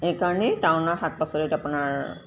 এইকাৰণেই টাউনৰ শাক পাচলিত আপোনাৰ